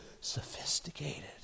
sophisticated